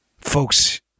Folks